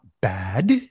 bad